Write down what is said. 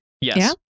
Yes